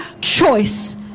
choice